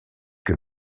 que